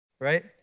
right